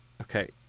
Okay